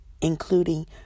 including